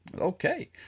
okay